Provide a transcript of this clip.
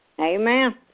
Amen